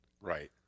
Right